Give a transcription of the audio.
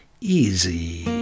Easy